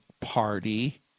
party